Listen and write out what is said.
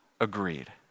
agreed